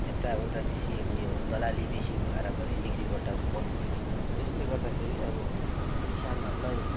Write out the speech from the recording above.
यता उता बेसी उयो दलाली बेसी भएर पनि बिक्रीपट्टा बन्द भइदिन्छ त्यसले गर्दाखेरि अब किसानहरूलाई